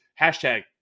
hashtag